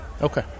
Okay